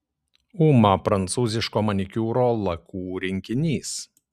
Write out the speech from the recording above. uma prancūziško manikiūro lakų rinkinys